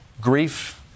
grief